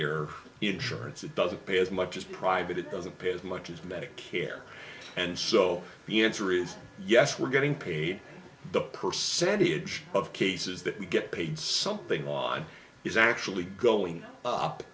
payer insurance it doesn't pay as much as private it doesn't pay as much as medicare and so the answer is yes we're getting paid the percentage of cases that we get paid something on is actually going up